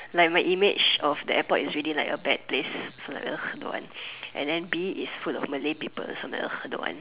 like my image of the airport is already like a bad place so like ugh don't want and then be it it's full of Malay people I'm like ugh don't want